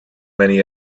many